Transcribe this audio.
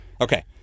Okay